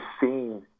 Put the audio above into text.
seen